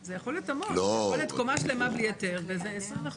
זה יכול להיות המון קומה שלמה בלי היתר, כי